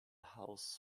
house